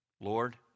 Lord